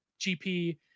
GP